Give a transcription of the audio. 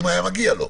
אם לא,